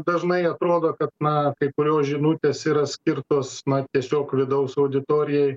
dažnai atrodo kad na kai kurios žinutės yra skirtos na tiesiog vidaus auditorijai